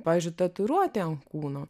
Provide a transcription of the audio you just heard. pavyzdžiui tatuiruotė ant kūno